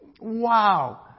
Wow